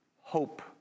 hope